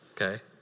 okay